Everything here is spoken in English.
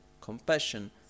compassion